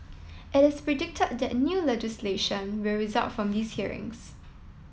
it is predicted that new legislation will result from these hearings